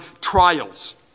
trials